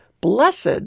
blessed